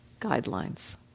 guidelines